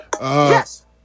Yes